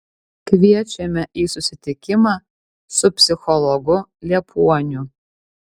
kviečiame į susitikimą su psichologu liepuoniu